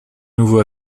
nouveau